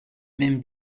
même